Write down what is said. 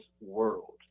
world